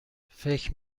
فکر